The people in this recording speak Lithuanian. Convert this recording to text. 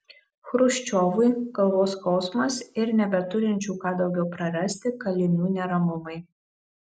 chruščiovui galvos skausmas ir nebeturinčių ką daugiau prarasti kalinių neramumai